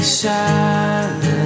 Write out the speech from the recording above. silent